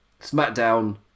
Smackdown